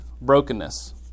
brokenness